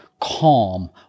calm